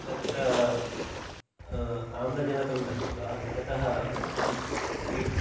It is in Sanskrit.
तत्र आम्लजनकं दत्वा ततः इङ्ग्